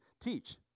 teach